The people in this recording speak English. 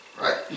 right